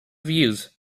views